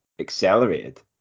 accelerated